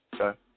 Okay